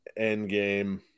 Endgame